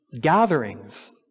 gatherings